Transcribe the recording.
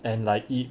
and like it